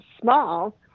small